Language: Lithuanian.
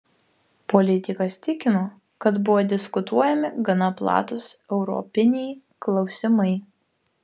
politikas tikino kad buvo diskutuojami gana platūs europiniai klausimai